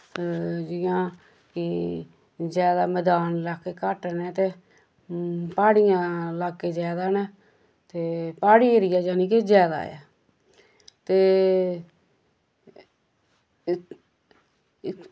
जियां कि जैदा मदान लाक्के घट्ट न ते प्हाड़ियां लाक्के जैदा न ते प्हाड़ी एरिया जानि के जैदा ऐ ते